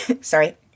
sorry